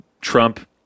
trump